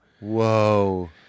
Whoa